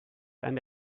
and